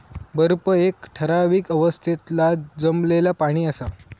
बर्फ एक ठरावीक अवस्थेतला जमलेला पाणि असा